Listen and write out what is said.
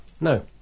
No